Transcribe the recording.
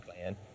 plan